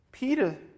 Peter